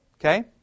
Okay